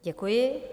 Děkuji.